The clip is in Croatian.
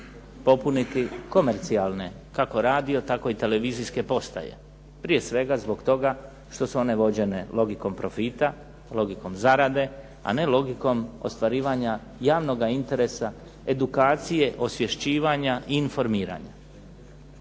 popuniti komercijalne, kako radio tako i televizijske postaje, prije svega zbog toga što su one vođene logikom profita, logikom zarade, a ne logikom ostvarivanja javnoga interesa, edukacije, osvješćivanja i informiranja.